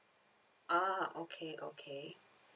ah okay okay